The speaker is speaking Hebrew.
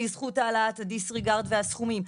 בזכות העלאת הדיסריגרד והסכומים.